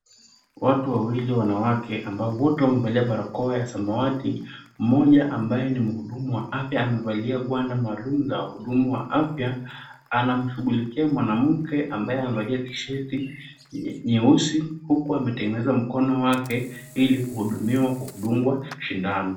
Watu wawili wanawake ambao wote wamevalia barakoa ya samawati, mmoja ambaye ni mhudumu wa afya amevalia gwanda maalum la wahudumu wa afya anamshughulikia mwanamke ambaye amevalia tishati nyeusi huku ametengeneza mkono wake ili kuhudumiwa kwa kudungwa sindano.